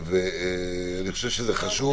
אני חושב שזה חשוב